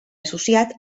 associat